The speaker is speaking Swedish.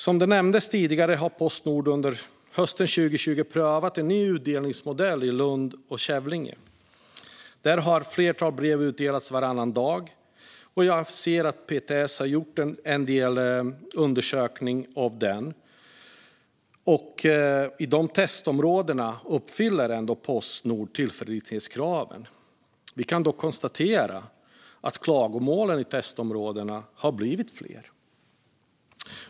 Som nämndes tidigare har Postnord under hösten 2020 prövat en ny utdelningsmodell i Lund och Kävlinge. Där har flertalet brev delats ut varannan dag. PTS har undersökt detta, och i testområdena uppfyller Postnord tillförlitlighetskraven. Vi kan dock konstatera att klagomålen i testområdena har blivit fler.